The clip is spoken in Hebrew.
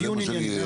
דיון ענייני.